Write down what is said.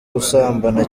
gusambana